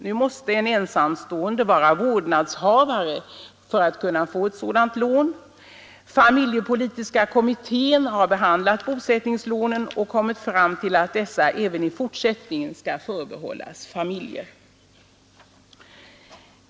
Nu måste en ensamstående vara vårdnadshavare för att kunna få sådant lån. Familjepolitiska kommittén har behandlat bosättningslånen och kommit fram till att dessa även i fortsättningen skall förbehållas familjer.